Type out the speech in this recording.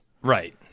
Right